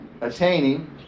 Attaining